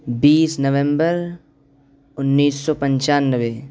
بیس نومبر انیس سو پنچانوے